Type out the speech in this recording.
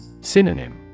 Synonym